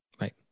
Right